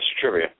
Trivia